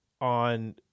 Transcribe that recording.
on